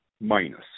minus